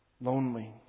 lonely